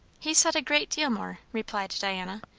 he said a great deal more, replied diana.